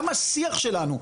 גם השיח שלנו,